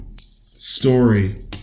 story